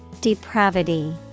Depravity